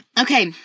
Okay